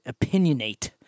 opinionate